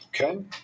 Okay